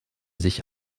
sich